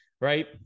right